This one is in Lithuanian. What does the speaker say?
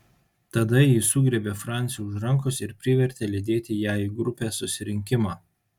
tada ji sugriebė francį už rankos ir privertė lydėti ją į grupės susirinkimą